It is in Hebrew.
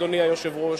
אדוני היושב-ראש,